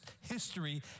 history